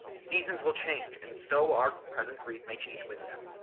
seasons will change, and so our present grief may change with them,